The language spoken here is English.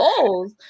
goals